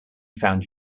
found